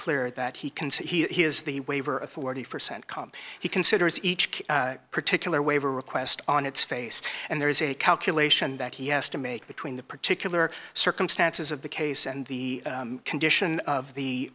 clear that he can see he has the waiver authority for centcom he considers each particular waiver request on its face and there is a calculation that he has to make between the particular circumstances of the case and the condition of the